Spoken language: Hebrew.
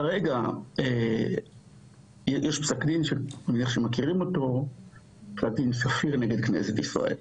כרגע יש פסק דין שאני מניח שמכירים אותו קטין ספיר נגד כנסת ישראל.